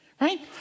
right